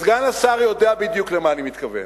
סגן השר יודע בדיוק למה אני מתכוון.